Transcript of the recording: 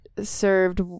served